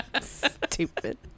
stupid